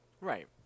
Right